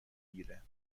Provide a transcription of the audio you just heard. گیره